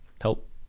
help